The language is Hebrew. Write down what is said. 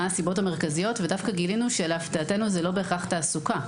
מה הסיבות המרכזיות ודווקא גילינו שלהפתעתנו זה לא בהכרח תעסוקה.